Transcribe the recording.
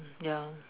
ya